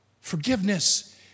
Forgiveness